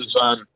on